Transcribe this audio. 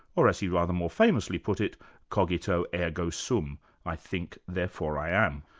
or as he rather more famously put it cogito ergo sum i think, therefore i am'.